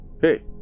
Hey